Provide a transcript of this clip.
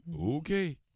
Okay